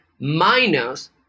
minus